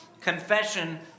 Confession